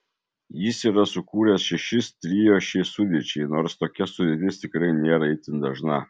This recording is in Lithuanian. jis yra sukūręs šešis trio šiai sudėčiai nors tokia sudėtis tikrai nėra itin dažna